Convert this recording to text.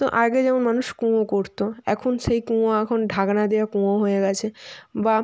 তো আগে যেমন মানুষ কুয়ো করতো এখন সেই কুয়ো এখন ঢাকনা দিয়ে কুয়ো হয়ে গেছে বা